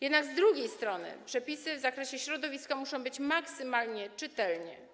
Jednak z drugiej strony przepisy w zakresie środowiska muszą być maksymalnie czytelne.